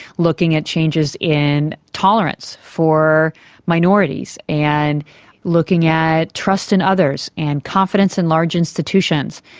looking at changes in tolerance for minorities, and looking at trust in others and confidence in large institutions.